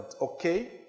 Okay